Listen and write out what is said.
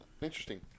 Interesting